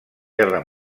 guerra